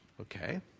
Okay